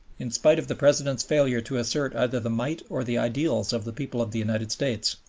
in spite of the president's failure to assert either the might or the ideals of the people of the united states,